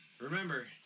Remember